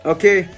Okay